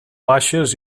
baixes